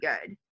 good